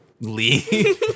Lee